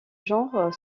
genre